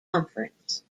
conference